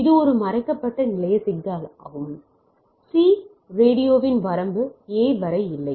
இது ஒரு மறைக்கப்பட்ட நிலைய சிக்கலாகும் C ரேடியோவின் வரம்பு A வரை இல்லை